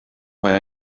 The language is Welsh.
mae